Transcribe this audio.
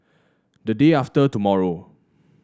the day after tomorrow